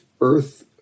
earth